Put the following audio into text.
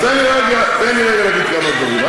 אז תן לי רגע להגיד כמה דברים.